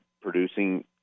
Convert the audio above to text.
producing